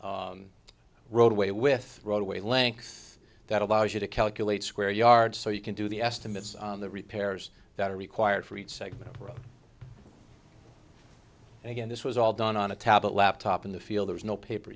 exist roadway with roadway length that allows you to calculate square yards so you can do the estimates on the repairs that are required for each segment and again this was all done on a tablet laptop in the field there's no paper